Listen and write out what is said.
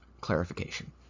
clarification